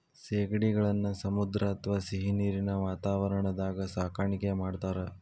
ಸೇಗಡಿಗಳನ್ನ ಸಮುದ್ರ ಅತ್ವಾ ಸಿಹಿನೇರಿನ ವಾತಾವರಣದಾಗ ಸಾಕಾಣಿಕೆ ಮಾಡ್ತಾರ